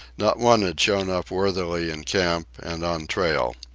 not one had shown up worthily in camp and on trail.